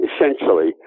essentially